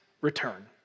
return